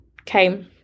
okay